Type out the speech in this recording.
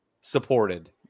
supported